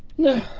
no,